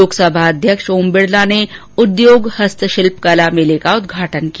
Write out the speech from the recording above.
लोकसभा अध्यक्ष ओम बिडला ने उद्योग हस्तशिल्प कला मेले का उदघाटन किया